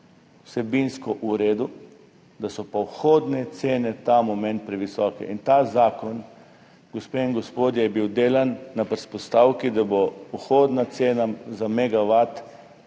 vsebinsko v redu, da so pa vhodne cene ta moment previsoke in ta zakon je bil, gospe in gospodje, delan na predpostavki, da bo vhodna cena za megavat